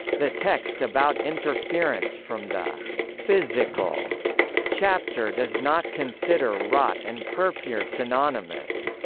the text about interference from the physical chapter does not consider rot and purpur synonymous.